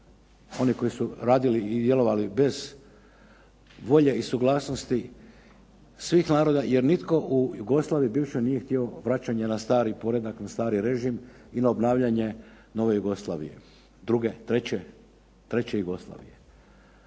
oni koji su radili i djelovali bez volje i suglasnosti svih naroda. Jer nitko u Jugoslaviji bivšoj nije htio vraćanje na stari poredak, na stari režim i na obnavljanje nove Jugoslavije, druge, treće Jugoslavije.